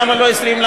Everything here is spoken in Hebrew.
למה לא 20 ?